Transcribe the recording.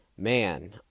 Man